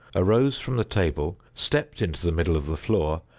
arose from the table, stepped into the middle of the floor,